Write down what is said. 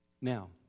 Now